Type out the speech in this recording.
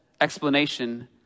explanation